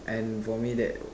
and for me that